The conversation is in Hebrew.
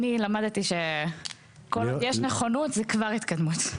אני למדתי שכל עוד יש נכונות זה כבר התקדמות.